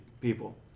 people